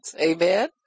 Amen